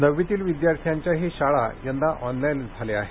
नववीतील विद्यार्थ्यांच्याही शाळा यंदा ऑनलाइनच झाल्या आहेत